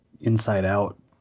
inside-out